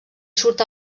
surt